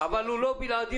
אבל הוא לא בלעדי.